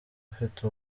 ufite